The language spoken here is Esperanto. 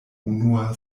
unua